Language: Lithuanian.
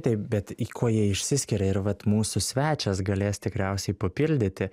taip bet į kuo jie išsiskiria ir vat mūsų svečias galės tikriausiai papildyti